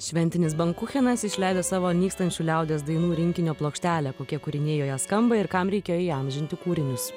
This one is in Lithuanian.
šventinis bankuchenas išleido savo nykstančių liaudies dainų rinkinio plokštelę kokie kūriniai joje skamba ir kam reikėjo įamžinti kūrinius